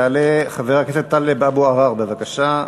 יעלה חבר הכנסת טלב אבו עראר, בבקשה.